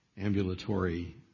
ambulatory